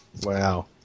Wow